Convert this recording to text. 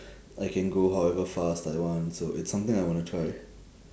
I can go however fast I want so it's something I wanna try